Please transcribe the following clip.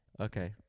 Okay